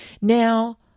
Now